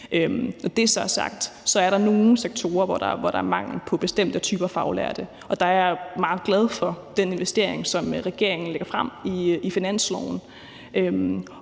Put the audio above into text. Når det så er sagt, er der nogle sektorer, hvor der er mangel på bestemte typer faglærte. Der er jeg meget glad for den investering, som regeringen lægger frem i finansloven.